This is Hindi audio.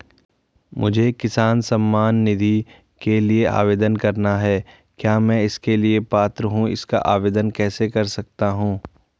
मुझे किसान सम्मान निधि के लिए आवेदन करना है क्या मैं इसके लिए पात्र हूँ इसका आवेदन कैसे कर सकता हूँ?